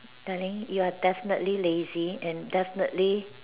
darling you are definitely lazy and definitely